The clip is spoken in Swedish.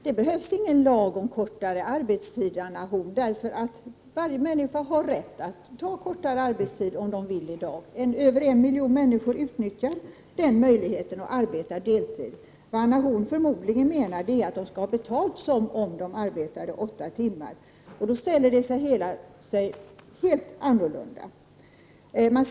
Det behövs ingen lag om kortare arbetstid, Anna Horn af Rantzien. Varje människa har i dag rätt att ta kortare arbetstid, om hon eller han vill. Över en miljon människor utnyttjar den möjligheten och arbetar deltid. Vad Anna Horn af Rantzien menar är förmodligen att de skall ha betalt som om de arbetade åtta timmar, men då ställer det sig på ett helt annorlunda sätt.